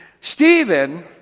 Stephen